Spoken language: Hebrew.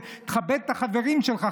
תכבד את החברים שלך,